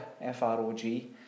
F-R-O-G